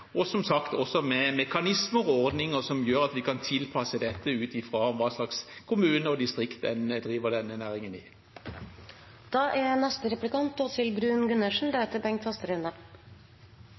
og som sagt også med mekanismer og ordninger som gjør at vi kan tilpasse dette ut fra hva slags kommune og distrikt man driver denne næringen i. Ny vei fra E39 til Spangereid er